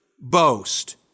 boast